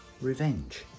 revenge